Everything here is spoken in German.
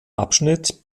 abschnitt